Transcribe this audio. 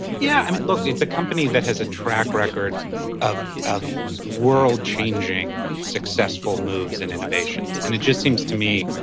yeah. i mean look, it's a company that has a track record of of world changing successful moves and innovations. and it just seems to me,